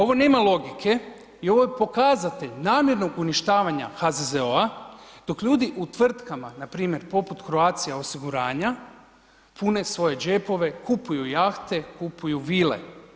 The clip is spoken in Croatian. Ovo nema logike i ovo je pokazatelj namjernog uništavanja HZZO-a dok ljudi u tvrtkama, npr. poput Croatia osiguranja pune svoje džepove, kupuju jahte, kupuju vile.